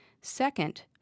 Second